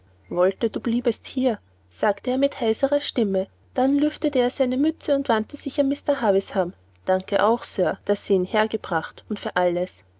wollte du bliebest hier sagte er mit heiserer stimme dann lüftete er seine mütze und wandte sich an mr havisham danke auch sir daß sie ihn hergebracht und für alles